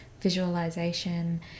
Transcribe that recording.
visualization